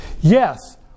Yes